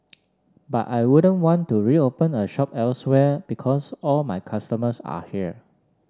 but I wouldn't want to reopen a shop elsewhere because all my customers are here